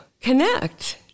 connect